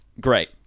great